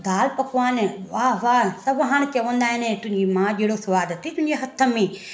दालि पकवान वाह वाह सभु हाणे चवंदा आहिनि के तुंहिंजी माउ जहिड़ो स्वादु आ तुंहिंजे हथ में